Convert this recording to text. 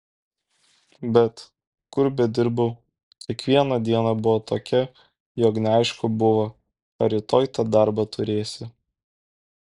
bet kur bedirbau kiekviena diena buvo tokia jog neaišku buvo ar rytoj tą darbą turėsi